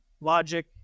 logic